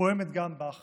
פועמת גם בך